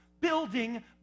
building